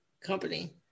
company